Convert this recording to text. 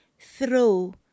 throw